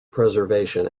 preservation